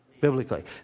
Biblically